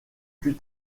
plus